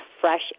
fresh